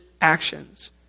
actions